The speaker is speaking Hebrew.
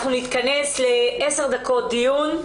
אנחנו נתכנס לעשר דקות דיון,